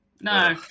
no